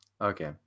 Okay